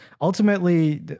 ultimately